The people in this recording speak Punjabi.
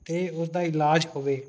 ਤੇ ਉਸਦਾ ਇਲਾਜ ਹੋਵੇ